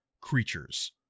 creatures